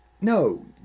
No